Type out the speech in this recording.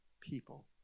people